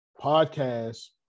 Podcast